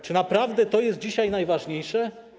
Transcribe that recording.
Czy naprawdę to jest dzisiaj najważniejsze?